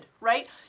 Right